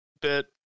bit